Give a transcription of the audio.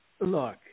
look